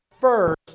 first